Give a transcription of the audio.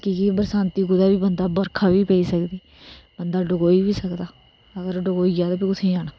कि के बरसांती कुतै बर्खा बी पेई सकदी बंदा डकोई बी सकदा अगर डकोई जाए ते फिर कुत्थै जाना